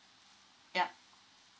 yup